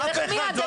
אף אחד.